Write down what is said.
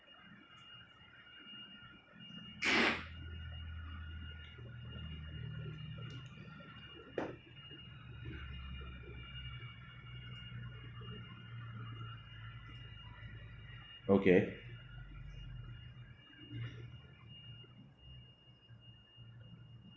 okay